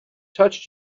touched